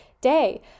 day